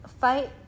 fight